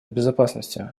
безопасности